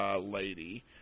lady